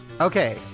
Okay